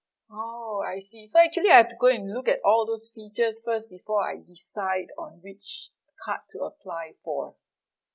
oh I see so actually I have to go and look at all those features first before I decide on which cards to apply for